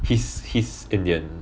he's he's indian